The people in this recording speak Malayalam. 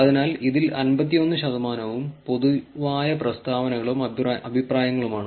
അതിനാൽ ഇതിൽ 51 ശതമാനവും പൊതുവായ പ്രസ്താവനകളും അഭിപ്രായങ്ങളുമാണ്